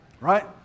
right